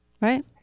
Right